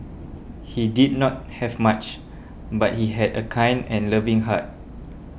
he did not have much but he had a kind and loving heart